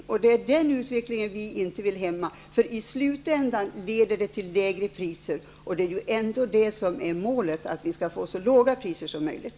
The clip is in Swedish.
Vi vill inte hämma den utvecklingen. I slutänden leder ju detta till målet, nämligen så låga priser som möjligt.